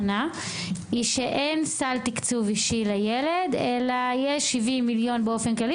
היא שאין סל תקצוב אישי לילד אלא יש 70 מיליון באופן כללי